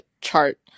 chart